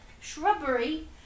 shrubbery